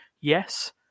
yes